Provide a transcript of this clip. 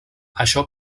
això